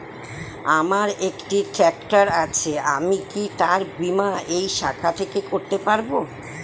আমার একটি ট্র্যাক্টর আছে আমি কি তার বীমা এই শাখা থেকে করতে পারব?